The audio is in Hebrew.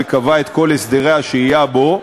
וקבעה את כל הסדרי השהייה בו.